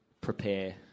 prepare